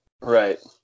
Right